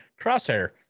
crosshair